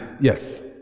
yes